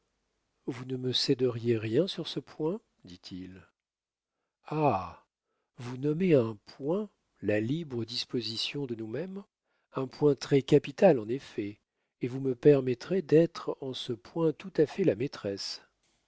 vous ne me céderiez rien sur ce point dit-il ah vous nommez un point la libre disposition de nous-mêmes un point très capital en effet et vous me permettrez d'être en ce point tout à fait la maîtresse